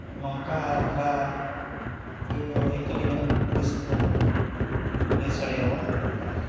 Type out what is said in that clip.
ᱱᱚᱝᱠᱟ ᱫᱷᱟᱨᱟ ᱜᱮ ᱟᱹᱞᱤᱧᱟᱜ ᱦᱩᱫᱤᱥ ᱛᱮᱫᱚ ᱞᱤᱧ ᱞᱟᱹᱭ ᱥᱟᱰᱮ ᱟᱵᱚᱱ ᱠᱟᱱᱟ